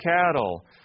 cattle